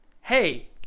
hey